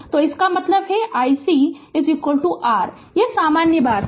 तो इसका मतलब है iC r यह सामान्य बात है